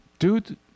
Dude